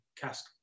cask